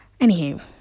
anywho